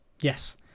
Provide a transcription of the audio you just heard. Yes